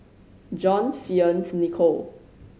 John Fearns Nicoll